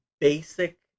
basic